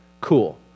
Cool